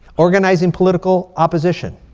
organizing political opposition.